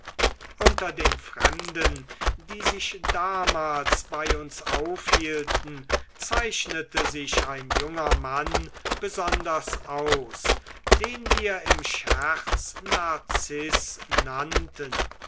unter den fremden die sich damals bei uns aufhielten zeichnete sich ein junger mann besonders aus den wir im scherz narziß nannten